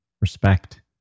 respect